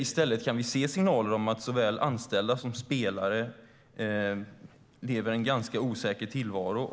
I stället kan vi se signaler om att såväl anställda som spelare lever i en ganska osäker tillvaro.